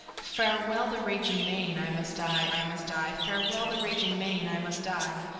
farewell, the raging main, i must die, i must die, farewell, the raging main, i must die,